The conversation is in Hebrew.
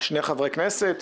שני חברי כנסת